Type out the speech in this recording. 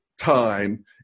time